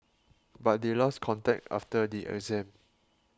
but they lost contact after the exam